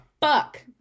fuck